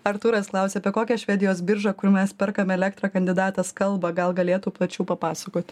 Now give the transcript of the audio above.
artūras klausia apie kokią švedijos biržą kur mes perkame elektrą kandidatas kalba gal galėtų plačiau papasakot